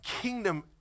kingdom